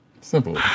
simple